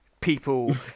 people